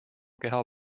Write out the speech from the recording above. keha